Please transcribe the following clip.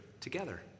together